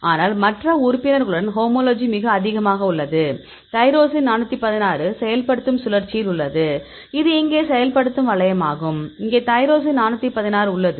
ஆனால் மற்ற உறுப்பினர்களுடன் ஹோமோலஜி மிக அதிகமாக உள்ளது டைரோசின் 416 செயல்படுத்தும் சுழற்சியில் உள்ளது இது இங்கே செயல்படுத்தும் வளையமாகும் இங்கே டைரோசின் 416 உள்ளது